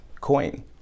coin